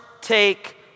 take